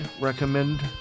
recommend